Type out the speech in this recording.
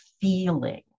feeling